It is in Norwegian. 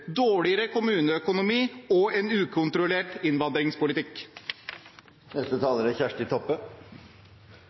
dårligere kommuneøkonomi og en ukontrollert innvandringspolitikk. Først til Engen-Helgheim: Det er